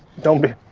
don't be.